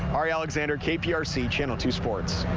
ari alexander kprc channel two sports.